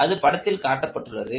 அது படத்தில் காட்டப்பட்டுள்ளது